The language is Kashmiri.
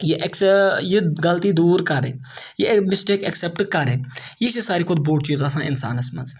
یہِ ایٚکس یہِ غلطی دوٗر کَرٕنۍ یہِ مِسٹیک ایٚکسیٚپٹہٕ کَرٕنۍ یہِ چھِ ساروِی کھۄتہٕ بوٚڑ چیٖز آسان اِنسانَس منٛز